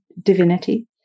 divinity